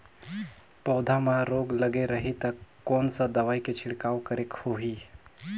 पौध मां रोग लगे रही ता कोन सा दवाई के छिड़काव करेके होही?